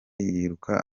yiruka